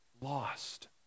lost